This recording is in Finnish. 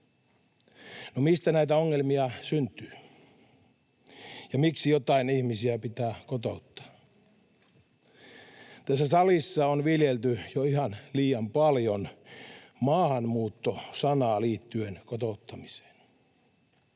No, mistä näitä ongelmia syntyy? Ja miksi joitain ihmisiä pitää kotouttaa? Tässä salissa on viljelty jo ihan liian paljon maahanmuutto-sanaa liittyen kotouttamiseen.